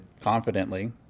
confidently